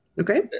okay